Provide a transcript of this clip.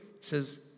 says